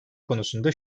konusunda